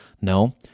No